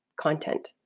content